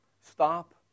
Stop